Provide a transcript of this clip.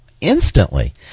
instantly